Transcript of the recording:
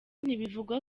ntibivuga